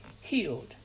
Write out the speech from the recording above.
healed